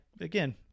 again